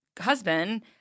husband